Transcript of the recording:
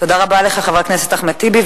תודה רבה לך, חבר הכנסת אחמד טיבי.